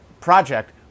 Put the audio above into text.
project